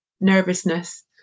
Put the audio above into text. nervousness